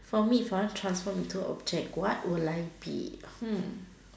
for me if I want to transform into a object what would I be hmm